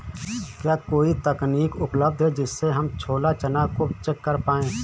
क्या कोई तकनीक उपलब्ध है जिससे हम छोला चना को चेक कर पाए?